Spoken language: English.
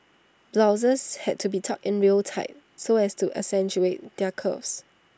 blouses had to be tucked in real tight so as to accentuate their curves